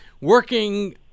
working